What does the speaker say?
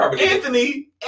Anthony